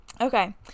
Okay